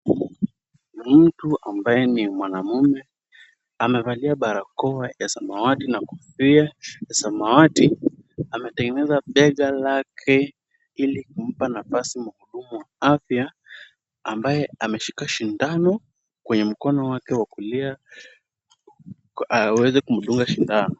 Mtu ambaye ni mwanamume, amevalia barakoa ya samawati na kofia ya samawati, ametengeneza bega lake ili kumpa nafasi mhudumu wa afya ambaye ameshika sindano kwenye mkono wake wa kulia, aweze kumdunga sindano.